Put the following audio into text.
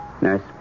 Nurse